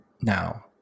now